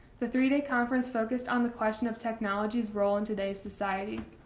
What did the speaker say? the three day conference focused on the question of technology's role in today's society.